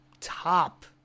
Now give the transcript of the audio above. top